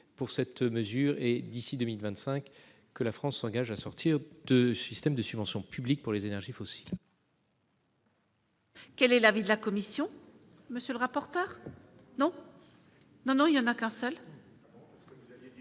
pour cette mesure et d'ici 2025, que la France s'engage à sortir de ce système de subventions publiques pour les énergies fossiles.